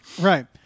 Right